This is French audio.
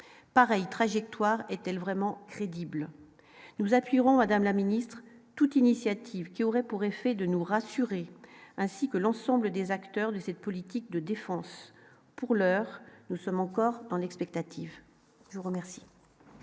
pareille trajectoire est-elle vraiment crédible nous appuierons, Madame la Ministre, toute initiative qui aurait pour effet de nous rassurer, ainsi que l'ensemble des acteurs de cette politique de défense pour l'heure, nous sommes encore dans l'expectative, je vous remercie.